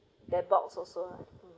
their box also